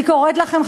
אני קוראת לכם,